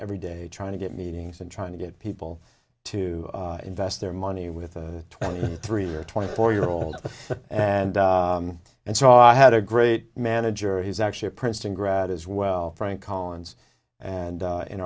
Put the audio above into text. every day trying to get meetings and trying to get people to invest their money with the twenty three or twenty four year old and and so i had a great manager he's actually a princeton grad as well frank collins and